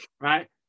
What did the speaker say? right